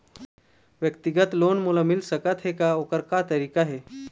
व्यक्तिगत लोन मोल मिल सकत हे का, ओकर का तरीका हे?